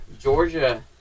Georgia